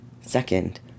Second